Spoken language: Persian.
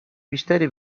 بیشتری